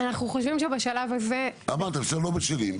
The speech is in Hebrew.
אנחנו חושבים שבשלב הזה --- אמרתם שאתם לא בשלים.